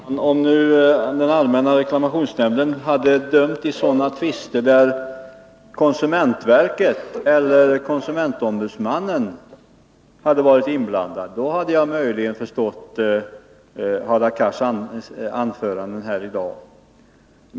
Herr talman! Om nu den allmänna reklamationsnämnden hade dömt i sådana tvister där konsumentverket eller konsumentombudsmannen tillhör de inblandade — då hade jag möjligen förstått Hadar Cars anföranden här i dag.